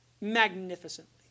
magnificently